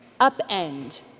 upend